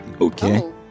Okay